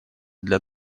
для